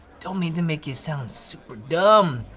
don't mean to make you sound super dumb,